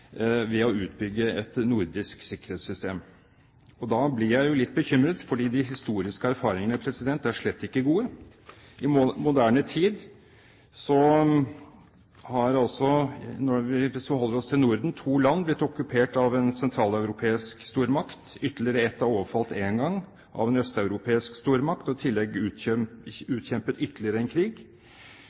ved å utbygge et nordisk sikkerhetssystem. Da blir jeg jo litt bekymret, for de historiske erfaringene er slett ikke gode. I moderne tid har altså to land, hvis vi holder oss til Norden, blitt okkupert av en sentraleuropeisk stormakt, ytterligere ett er overfalt én gang av en østeuropeisk stormakt og har i tillegg utkjempet ytterligere en krig.